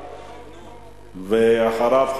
ואחריו,